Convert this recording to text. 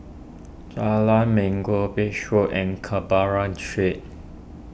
Jalan Minggu Beach Road and Canberra Street